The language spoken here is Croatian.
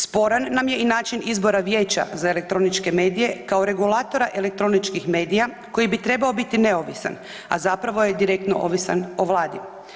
Sporan nam je i način izbora vijeća za elektroničke medije kao regulatora elektroničkih medija koji bi trebao biti neovisan, a zapravo je direktno ovisan o Vladi.